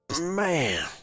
Man